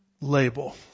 label